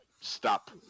stop